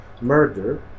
murder